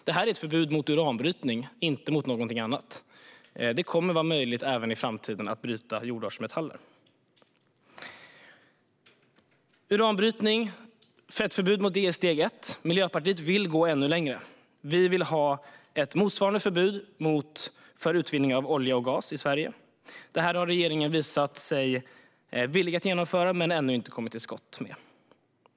Det här är ett förbud mot uranbrytning, inte mot någonting annat. Det kommer även i framtiden att vara möjligt att bryta jordartsmetaller. Ett förbud mot uranbrytning är steg ett. Miljöpartiet vill gå ännu längre. Vi vill ha ett motsvarande förbud mot utvinning av olja och gas i Sverige. Regeringen har visat sig villig att genomföra detta men har ännu inte kommit till skott.